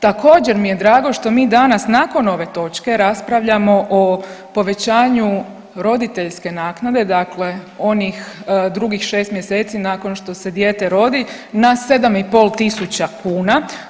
Također mi je drago što mi danas nakon ove točke raspravljamo o povećanju roditeljske naknade, dakle onih drugih 6 mjeseci nakon što se dijete rodi na 7,5 tisuća kuna.